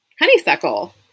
Honeysuckle